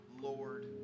Lord